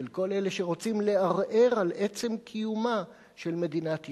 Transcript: של כל אלה שרוצים לערער על עצם קיומה של מדינת ישראל.